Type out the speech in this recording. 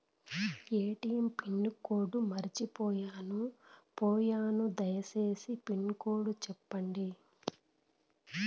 ATM pin code మర్చిపోయాను పోయాను దయసేసి పిన్ కోడ్ సెప్పండి?